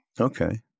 Okay